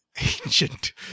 ancient